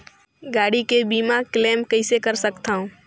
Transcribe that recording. गाड़ी के बीमा क्लेम कइसे कर सकथव?